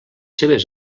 seves